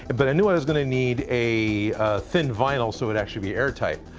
but i knew i was gonna need a thin vinyl, so it actually be airtight.